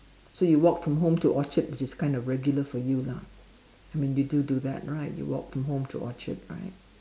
so you walked from home to Orchard which is kind of regular for you lah I mean you do do that right you walk from home to Orchard right